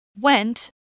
Went